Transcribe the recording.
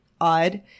odd